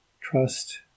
trust